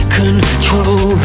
control